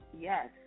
Yes